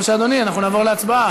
או שאנחנו נעבור להצבעה.